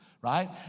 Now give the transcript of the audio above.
right